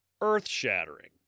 earth-shattering